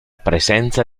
presenza